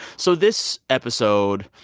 so this episode,